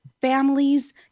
families